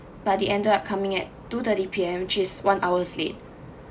but they ended up coming at two_thirty P_M which is one hour's late